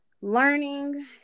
learning